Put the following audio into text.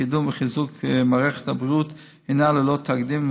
לקידום ולחיזוק של מערכת הבריאות הינה ללא תקדים,